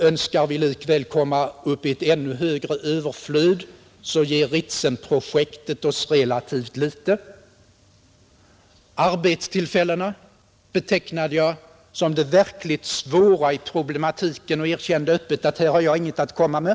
Önskar vi likväl komma upp i ett ännu högre överflöd, ger Ritsemprojektet oss relativt litet. Arbetstillfällena betecknade jag som det verkligt svåra i problematiken, och jag erkände öppet att jag därvidlag inte har något att komma med.